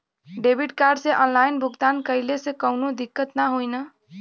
Debit card से online भुगतान कइले से काउनो दिक्कत ना होई न?